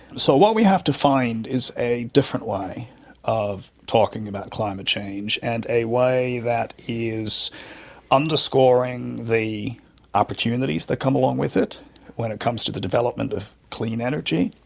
so what we have to find is a different way of talking about climate change and a way that is underscoring the opportunities that come along with it when it comes to the development of clean energy,